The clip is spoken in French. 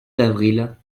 d’avril